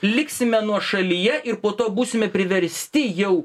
liksime nuošalyje ir po to būsime priversti jau